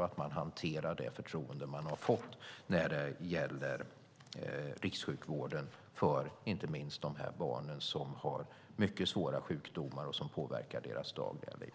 Man ska hantera det förtroende man har fått för rikssjukvården för inte minst de barn som har svåra sjukdomar som påverkar deras dagliga liv.